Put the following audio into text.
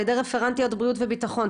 על ידי רפרנטיות בריאות וביטחון,